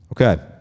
Okay